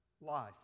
Life